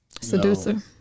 Seducer